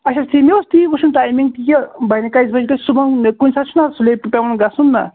اَچھا ٹھیٖک مےٚ اوس تی وُچھُن ٹایمِنٛگ یہِ بَنہِ کٔژِ بَجہِ گَژھِ صُبحَس کُنہِ ساتہٕ چھُناہ سُلے پٮ۪وان گَژھُن نا